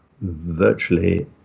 virtually